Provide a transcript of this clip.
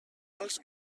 als